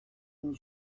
une